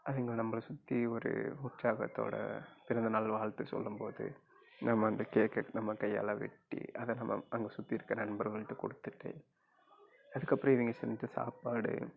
அவங்க நம்மளை சுற்றி ஒரு உற்சாகத்தோடு பிறந்தநாள் வாழ்த்து சொல்லும் போது நம்ம அந்த கேக்கை நம்ம கையால் வெட்டி அதை நம்ம அங்கே சுற்றி இருக்க நண்பர்கள்கிட்ட கொடுத்துட்டு அதுக்கப்புறம் இவங்க செஞ்ச சாப்பாடு